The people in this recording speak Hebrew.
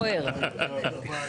אתה חושב שמישהו רואה את ערוץ הכנסת?